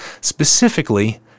specifically